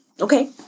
Okay